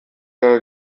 der